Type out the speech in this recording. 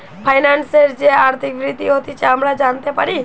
ফাইন্যান্সের যে আর্থিক বৃদ্ধি হতিছে আমরা জানতে পারি